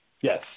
Yes